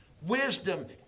Wisdom